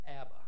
Abba